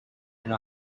and